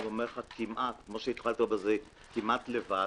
כמעט לבד,